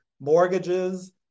Mortgages